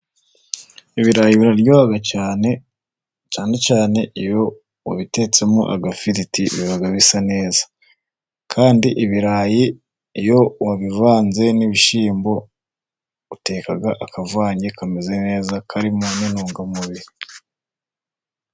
Ibirayi biraryo cyane, cyane cyane iyo ubitetsemo agafiriti biba bisa neza. Kandi ibirayi iyo wabivanze n'ibishyimbo uteka akavange kameze neza, karimo n'intungamubiri.